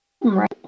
right